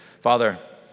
Father